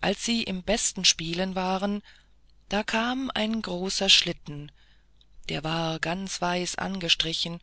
als sie im besten spielen waren da kam ein großer schlitten der war ganz weiß angestrichen